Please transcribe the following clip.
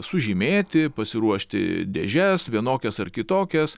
sužymėti pasiruošti dėžes vienokias ar kitokias